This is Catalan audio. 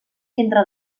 entre